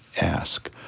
ask